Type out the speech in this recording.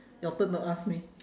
your turn to ask me